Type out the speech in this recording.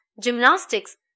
gymnastics